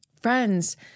Friends